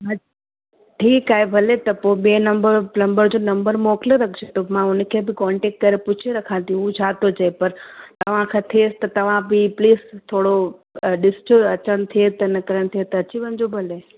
ठीकु आहे भले त पोइ ॿिए नंबर प्लम्बर जो नंबर मोकिले रखिजो त मां हुनखे बि कॉन्टेक्ट करे पुछी रखां ती त उहो छा थो चए पर तव्हांखां थेसि त तव्हां बि प्लीज़ थोड़ो ॾिसजो अचण थिए त निकरण थिए त अची वञिजो भले